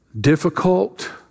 Difficult